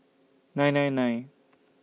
nine nine nine